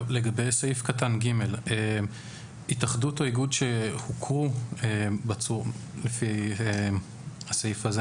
לגבי סעיף קטן (ג): התאחדות או איגוד שהוכרו לפי הסעיף הזה